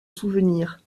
souvenir